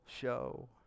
show